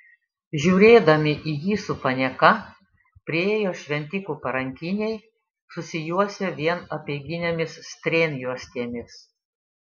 žiūrėdami į jį su panieka priėjo šventikų parankiniai susijuosę vien apeiginėmis strėnjuostėmis